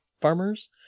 farmers